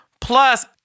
plus